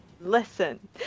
Listen